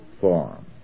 form